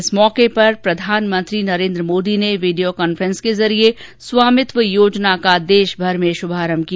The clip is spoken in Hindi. इस मौके पर प्रधानमंत्री नरेन्द्र मोदी ने वीडियो कांफ्रेंस के जरिये स्वामित्व योजना का देशभर में श्भारम्भ किया